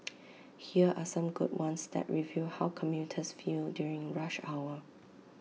here are some good ones that reveal how commuters feel during rush hour